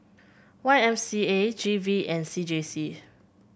Y M C A G V and C J C